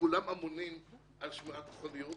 כולם אמונים על שמירת הסודיות.